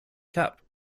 cup